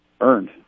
earned